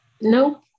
no